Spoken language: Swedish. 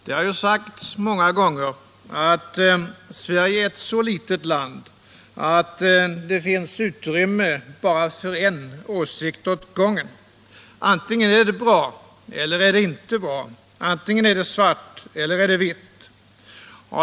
Det har sagts många gånger att Sverige är ett så litet land att det finns utrymme bara för en åsikt åt gången: antingen är det bra eller är det inte bra, antingen är det svart eller är det vitt.